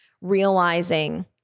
realizing